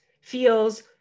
feels